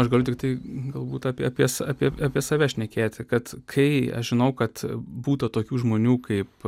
aš galiu tiktai galbūt apie apie s apie apie save šnekėti kad kai aš žinau kad būta tokių žmonių kaip